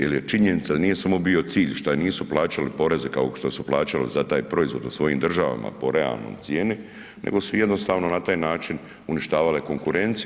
Jel je činjenica da nije bio samo cilj šta nisu plaćali poreze kao što su plaćali za taj proizvod u svojim državama po realnoj cijeni nego su jednostavno na taj način uništavale konkurenciju.